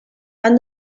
han